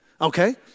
Okay